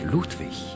Ludwig